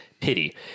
Pity